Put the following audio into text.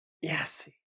yes